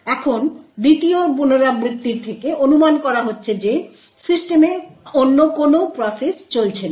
এখন দ্বিতীয় পুনরাবৃত্তির থেকে অনুমান করা হচ্ছে যে সিস্টেমে অন্য কোন প্রসেস চলছে না